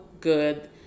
good